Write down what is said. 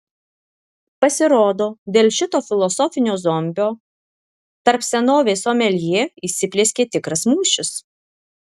pasirodo dėl šito filosofinio zombio tarp senovės someljė įsiplieskė tikras mūšis